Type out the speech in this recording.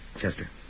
Chester